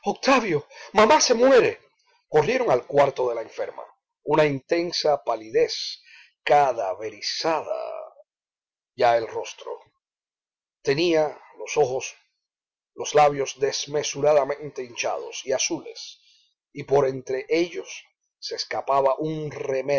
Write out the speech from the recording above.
octavio mamá se muere corrieron al cuarto de la enferma una intensa palidez cadaverizaba ya el rostro tenía los labios desmesuradamente hinchados y azules y por entre ellos se escapaba un